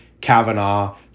Kavanaugh